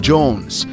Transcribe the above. Jones